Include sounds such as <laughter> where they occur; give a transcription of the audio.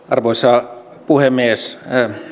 <unintelligible> arvoisa puhemies